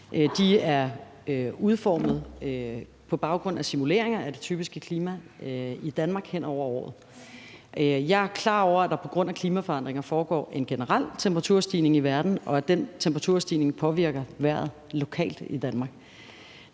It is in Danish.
De er udformet på baggrund af simuleringer af det typiske klima i Danmark hen over året. Jeg er klar over, at der på grund af klimaforandringer sker en generel temperaturstigning i verden, og at den temperaturstigning påvirker vejret lokalt i Danmark.